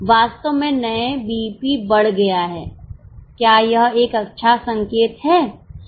वास्तव में नए बीईपी बढ़ गया हैं क्या यह एक अच्छा संकेत है